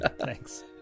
Thanks